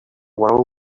world